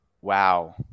wow